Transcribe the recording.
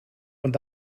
und